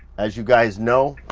as you guys know,